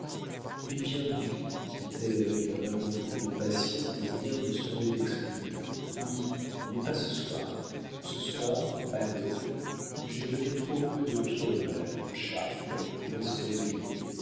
hé bien oui dit-elle avec un abandon de passion que rien ne saurait exprimer oui mais pas ce soir ce soir adolphe j'ai donné trop peu d'opium à la concha elle pourrait se réveiller